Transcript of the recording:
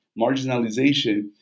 marginalization